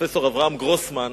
פרופסור אברהם גרוסמן,